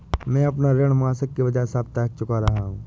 मैं अपना ऋण मासिक के बजाय साप्ताहिक चुका रहा हूँ